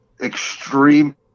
extreme